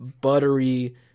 buttery